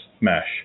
Mesh